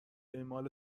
اعمال